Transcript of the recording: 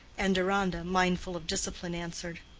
and deronda, mindful of discipline, answered,